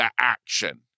action